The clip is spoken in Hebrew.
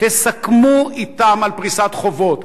תסכמו אתם על פריסת חובות.